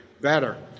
better